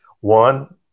One